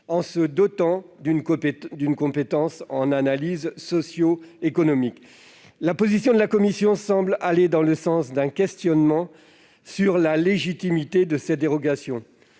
en se dotant d'une compétence pour réaliser des analyses socio-économiques. La position de la Commission semble aller dans le sens d'un questionnement sur la légitimité de ces dérogations.